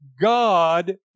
God